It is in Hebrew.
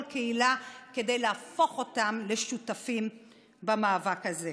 קהילה כדי להפוך אותם לשותפים במאבק הזה.